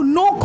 no